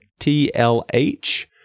TLH